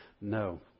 No